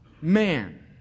man